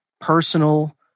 personal